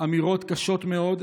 אמירות קשות מאוד,